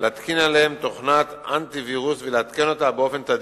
להתקין עליהם תוכנת אנטי-וירוס ולעדכן אותה באופן תדיר.